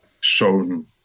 shown